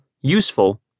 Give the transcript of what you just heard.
useful